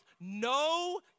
no